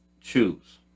choose